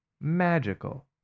Magical